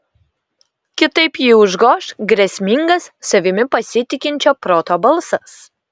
kitaip jį užgoš grėsmingas savimi pasitikinčio proto balsas